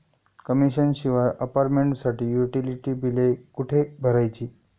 Commission शिवाय अपार्टमेंटसाठी utility बिले कुठे भरायची?